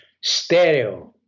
stereo